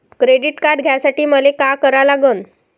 Credit card घ्यासाठी मले का करा लागन?